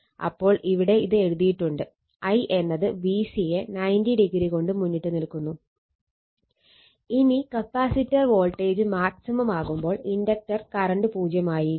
അപ്പോൾ ഇവിടെ ഇത് എഴുതിയിട്ടുണ്ട് I എന്നത് VC യെ 90° കൊണ്ട് മുന്നിട്ട് നിൽക്കുന്നുണ്ട് ഇനി കപ്പാസിറ്റർ വോൾട്ടേജ് മാക്സിമം ആവുമ്പോൾ ഇൻഡക്റ്റർ കറണ്ട് പൂജ്യമായിരിക്കും